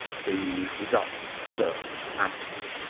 be deductive, certain, absolute,